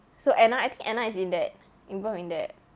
so anna I think anna is in that involved in that